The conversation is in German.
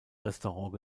restaurant